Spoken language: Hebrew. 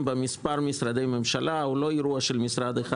בה מספר משרדי ממשלה זה לא אירוע של משרד אחד,